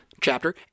chapter